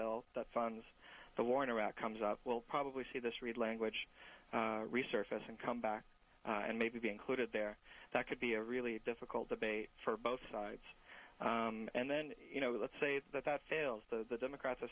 bill that funds the war in iraq comes out we'll probably see this read language resurface and come back and maybe be included there that could be a really difficult debate for both sides and then you know let's say that that fails the democrats